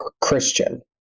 Christian